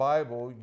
Bible